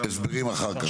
הסברים אחר כך.